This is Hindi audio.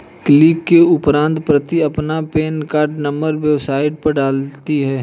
क्लिक के उपरांत प्रीति अपना पेन कार्ड नंबर वेबसाइट पर डालती है